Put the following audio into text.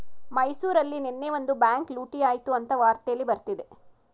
ಮೈಸೂರಲ್ಲಿ ನೆನ್ನೆ ಒಂದು ಬ್ಯಾಂಕ್ ಲೂಟಿ ಆಯ್ತು ಅಂತ ವಾರ್ತೆಲ್ಲಿ ಬರ್ತಿದೆ